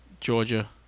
Georgia